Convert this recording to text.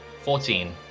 fourteen